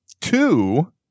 Two